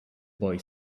boy